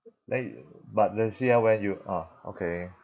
then you but then see ah when you ah okay